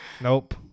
Nope